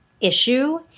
issue